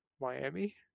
Miami